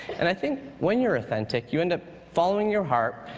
and i think when you're authentic, you end up following your heart,